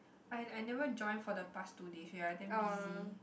I I never join for the past two day yeah I damn busy